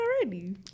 already